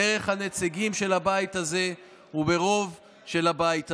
דרך הנציגים של הבית הזה וברוב של הבית הזה,